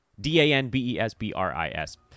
D-A-N-B-E-S-B-R-I-S